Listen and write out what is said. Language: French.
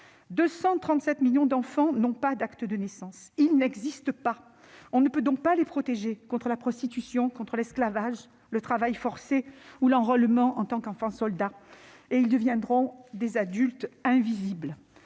237 millions d'enfants n'ont pas d'acte de naissance : ils n'existent pas. On ne peut donc pas les protéger contre la prostitution, l'esclavage, le travail forcé, l'enrôlement comme enfants-soldats ... Ils deviendront des adultes invisibles.